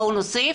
בואו נוסיף,